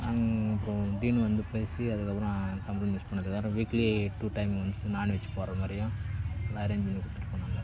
அந் அப்புறம் டீன் வந்து பேசி அதுக்கப்புறம் நம்மளும் யூஸ் பண்ணறதுக்காக weekly two times non veg போடுகிற மாதிரியும் எல்லாம் அரேஞ்ச் பண்ணி கொடுத்துட்டு போனாங்க